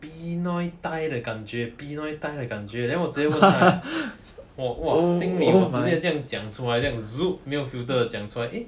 pinoy Thai 的感觉 pinoy Thai 的感觉 then 我直接问他 !wah! !wah! 心里直接讲出来这样 Zouk 没有 filter 的讲出来 eh